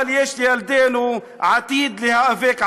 אבל יש לילדינו עתיד להיאבק עליו.